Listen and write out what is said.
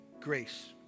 grace